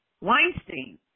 Weinstein